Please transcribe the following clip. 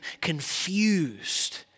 confused